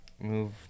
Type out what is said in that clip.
move